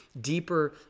deeper